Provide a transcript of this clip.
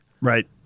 Right